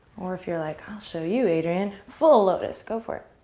or if you're like, i'll show you adriene, full lotus. go for it.